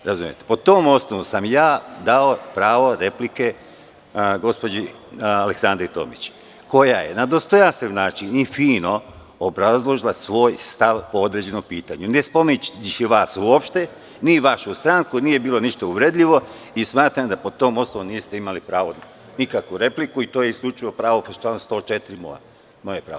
Po tom osnovu sam ja dao pravo replike gospođi Aleksandri Tomić koja je na dostojanstven način i fino obrazložila svoj stav po određenom pitanju, ne spominjući vas uopšte, ni vašu stranku, nije bilo ništa uvredljivo i smatram da po tom osnovu niste imali pravo ni na kakvu repliku i to je isključivo pravo člana 104. moje pravo.